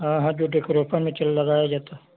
हाँ हाँ जो डेकोरेसन में चल लगाया जाता